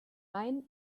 main